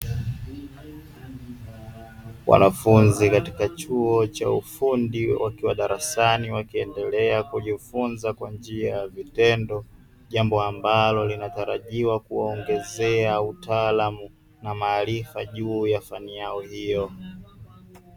Wanafunzi katika chuo cha ufundi wakiwa darasani wakiendelea kujifunza kwa njia ya vitendo, jambo ambalo linatarajiwa kuongezea utaalamu na maarifa juu ya fani yao hiyo.